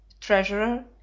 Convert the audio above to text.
Treasurer